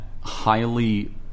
highly